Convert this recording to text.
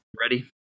Ready